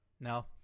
No